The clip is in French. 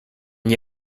n’y